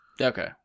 Okay